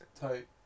type